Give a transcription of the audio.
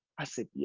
i said, yeah,